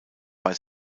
bei